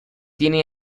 tiene